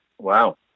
Wow